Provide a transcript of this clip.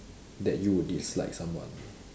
that you would dislike someone